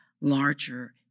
larger